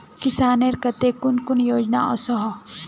किसानेर केते कुन कुन योजना ओसोहो?